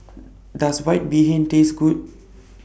Does White Bee Hoon Taste Good